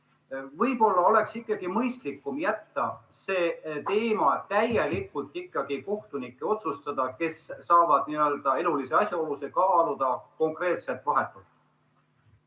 Võib-olla oleks ikkagi mõistlikum jätta see teema täielikult kohtunike otsustada, kes saavad elulisi asjaolusid kaaluda konkreetselt, vahetult?